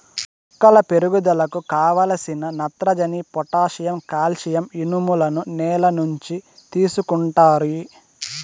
మొక్కల పెరుగుదలకు కావలసిన నత్రజని, పొటాషియం, కాల్షియం, ఇనుములను నేల నుంచి తీసుకుంటాయి